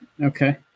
Okay